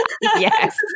Yes